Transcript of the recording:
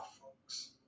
folks